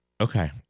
Okay